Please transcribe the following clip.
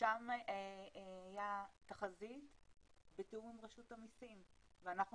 שם הייתה תחזית בתיאום עם רשות המיסים ואנחנו